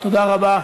תודה רבה.